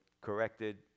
corrected